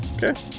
Okay